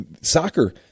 soccer